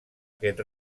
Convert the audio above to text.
aquest